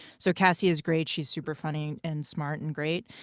so kassia's great. she's super funny and smart and great.